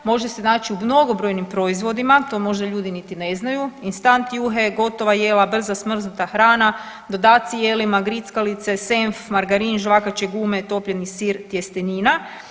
Može se naći u mnogobrojnim proizvodima, to možda ljudi niti ne znaju, instant juhe, gotova jela, brza smrznuta hrana, dodaci jelima, grickalice, senf, margarin, žvakače gume, topljeni sir, tjestenina.